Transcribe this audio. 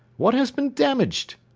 what has been damaged?